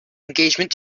engagement